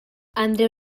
andreu